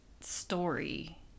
story